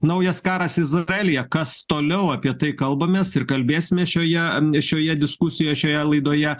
naujas karas izraelyje kas toliau apie tai kalbamės ir kalbėsime šioje šioje diskusijoje šioje laidoje